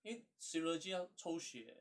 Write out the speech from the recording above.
因为 serology 要抽血